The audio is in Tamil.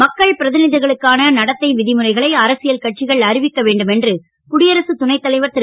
மக்கள் பிரதிநிதிகளுக்கான நடத்தை விதிமுறைகளை அரசியல் கட்சிகள் அறிவிக்க வேண்டுமென்று குடியரசுத் துணைத்தலைவர் திரு